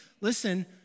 Listen